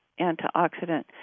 antioxidant